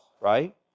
right